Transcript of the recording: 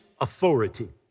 authority